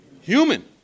Human